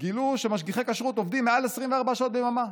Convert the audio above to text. גילו שמשגיחי כשרות עובדים מעל 24 שעות ביממה.